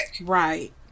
right